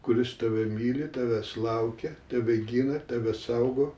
kuris tave myli tavęs laukia tave gina tave saugo